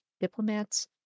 diplomats